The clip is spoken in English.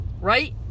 Right